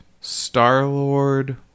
Star-Lord